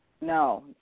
No